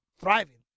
thriving